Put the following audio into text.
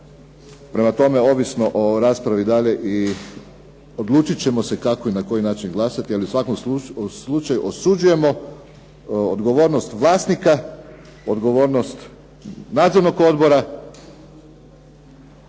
prema tome ovisno o raspravi da li i odlučit ćemo se kako i na koji način glasati. Ali u svakom slučaju osuđujemo odgovornost vlasnika, odgovornost nadzornog odbora